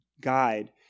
guide